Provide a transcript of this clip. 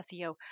seo